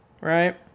Right